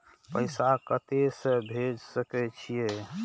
पैसा कते से भेज सके छिए?